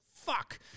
fuck